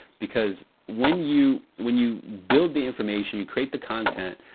because when you when you build the information, you create the content,